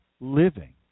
living